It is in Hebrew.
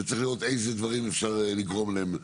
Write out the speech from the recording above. וצריך לראות איזה דברים אפשר לגרום להם.